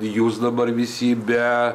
jūs dabar visi be